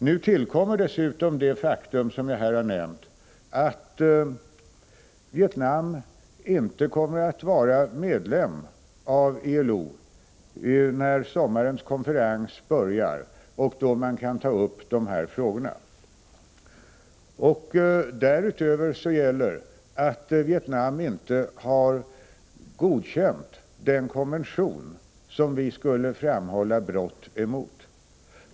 Nu tillkommer dessutom det faktum som jag har nämnt, att Vietnam inte kommer att vara medlem i ILO när sommarens konferens börjar och då vi kan ta upp dessa frågor. Därutöver gäller att Vietnam inte har godkänt den konvention som det här skulle gälla brott mot.